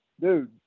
dude